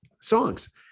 songs